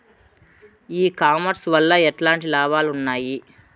ఈ కామర్స్ వల్ల ఎట్లాంటి లాభాలు ఉన్నాయి?